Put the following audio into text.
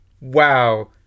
Wow